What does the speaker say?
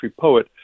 poet